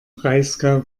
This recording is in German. breisgau